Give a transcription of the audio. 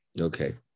Okay